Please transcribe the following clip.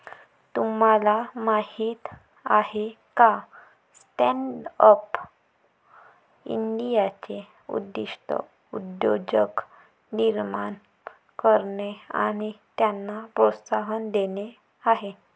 तुम्हाला माहीत आहे का स्टँडअप इंडियाचे उद्दिष्ट उद्योजक निर्माण करणे आणि त्यांना प्रोत्साहन देणे आहे